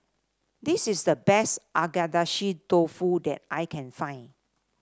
this is the best Agedashi Dofu that I can find